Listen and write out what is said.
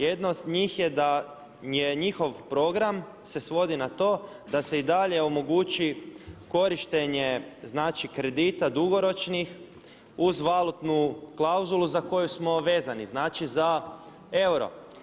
Jedna od njih je da njihov program se svodi na to da se i dalje omogući korištenje znači kredita dugoročnih uz valutnu klauzulu za koju smo vezani, znači za euro.